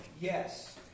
Yes